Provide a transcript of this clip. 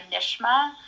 Nishma